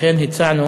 לכן הצענו